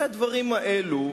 הרי הדברים האלו,